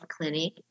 clinic